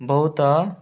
ବହୁତ